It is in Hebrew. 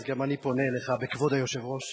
אז גם אני פונה אליך ב"כבוד היושב-ראש",